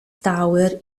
tower